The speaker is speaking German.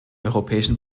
europäischen